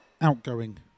outgoing